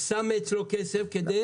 כספומטים בנקאיים בעמלות מופחתות.